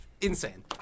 Insane